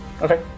Okay